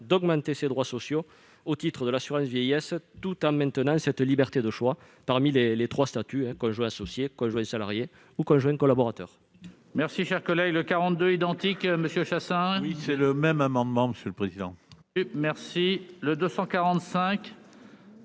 de ses droits sociaux, notamment au titre de l'assurance vieillesse, tout en maintenant cette liberté de choix entre les trois statuts de conjoint associé, conjoint salarié et conjoint collaborateur.